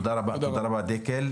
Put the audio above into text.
תודה רבה, דקל.